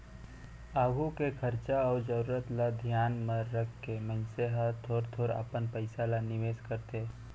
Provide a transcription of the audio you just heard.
आघु के खरचा अउ जरूरत ल धियान म रखके मनसे ह थोर थोर अपन पइसा ल निवेस करथे